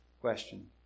Question